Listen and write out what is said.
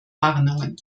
warnungen